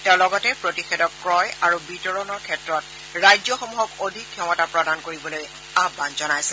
তেওঁ লগতে প্ৰতিষেধক ক্ৰয় আৰু বিতৰণৰ ক্ষেত্ৰত ৰাজ্যসমূহক অধিক ক্ষমতা প্ৰদান কৰিবলৈ আহ্বান জনাইছিল